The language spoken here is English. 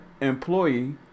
employee